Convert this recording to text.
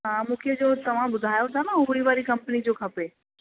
हा मूंखे जो तव्हां ॿुधायो था न उहाई वारी कंपनी जो खपे